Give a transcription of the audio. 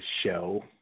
show